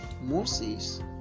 Moses